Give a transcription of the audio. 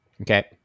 Okay